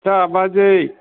आच्चा बाजै